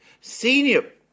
senior